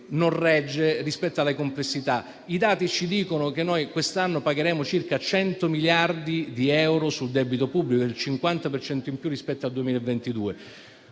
non regge rispetto alle complessità. I dati ci dicono che quest'anno pagheremo circa 100 miliardi di euro sul debito pubblico, il 50 per cento in più rispetto al 2022.